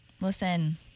Listen